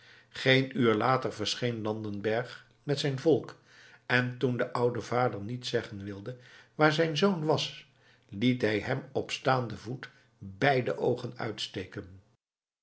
geen uur later verscheen landenberg met zijn volk en toen de oude vader niet zeggen wilde waar zijn zoon was liet hij hem op staanden voet beide oogen uitsteken